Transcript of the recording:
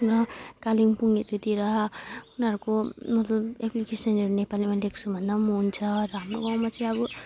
र कालिम्पोङहरूतिर उनीहरूको मतलब एप्लिकेसनहरू नेपालीमा लेख्छु भन्दा पनि हुन्छ र हाम्रो गाउँमा चाहिँ अब